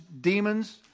demons